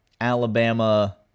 Alabama